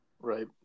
Right